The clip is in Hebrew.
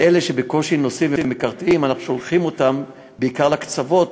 את אלה שבקושי נוסעים ומקרטעים אנחנו שולחים בעיקר לקצוות.